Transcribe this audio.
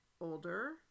older